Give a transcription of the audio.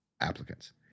applicants